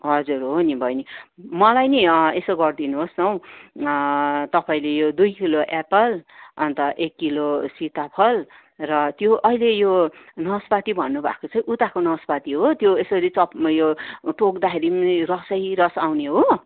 हजुर हो नि बहिनी मलाई नि यसो गरिदिनु होस् न हौ तपाईँले यो दुई किलो एप्पल अन्त एक किलो सीताफल र त्यो अहिले यो नास्पाती भन्नु भएको चाहिँ उताको नास्पाती हो त्यो यसरी चप उयो टोक्दाखेरि पनि रसै रस आउने हो